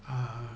啊